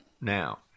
now